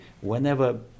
whenever